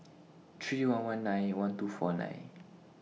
three one one nine one two four nine